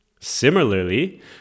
Similarly